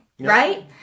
Right